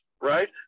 Right